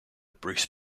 bruce